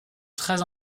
très